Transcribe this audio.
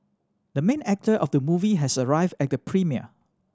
the main actor of the movie has arrived at the premiere